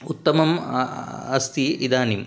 उत्तमम् अ अस्ति इदानीम्